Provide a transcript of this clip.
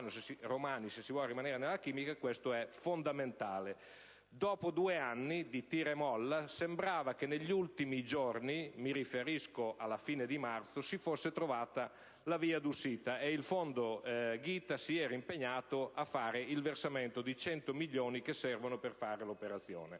Dopo due anni di tira e molla, sembrava che negli ultimi giorni, alla fine di marzo, si fosse trovata la via d'uscita, e il fondo GITA si era impegnato a fare il versamento dei 100 milioni che servono per fare l'operazione,